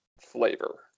flavor